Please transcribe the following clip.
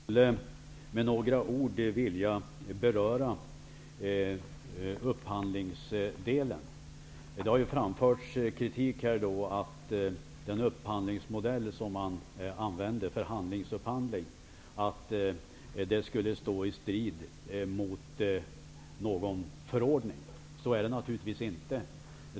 Herr talman! Jag skulle med några ord vilja beröra upphandlingsdelen. Det har framförts att den upphandlingsmodell man använde, förhandlingsupphandling, skulle stå i strid mot någon förordning. Så är det naturligtvis inte.